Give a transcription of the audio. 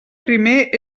primer